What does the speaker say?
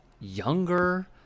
younger